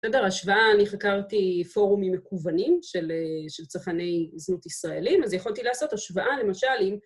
בסדר, השוואה, אני חקרתי פורומים מקוונים של צרכני זנות ישראלים, אז יכולתי לעשות השוואה, למשל, אם...